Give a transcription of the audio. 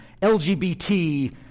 LGBT